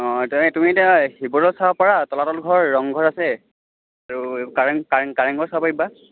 অ এতিয়া তুমি এতিয়া শিৱদৌল চাব পাৰা তলাতল ঘৰ ৰংঘৰ আছে আৰু কাৰেং কাৰেং কাৰেংঘৰ চাব পাৰিবা